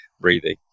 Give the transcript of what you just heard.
breathing